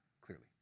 clearly